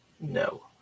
No